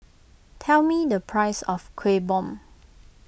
tell me the price of Kuih Bom